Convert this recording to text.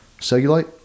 cellulite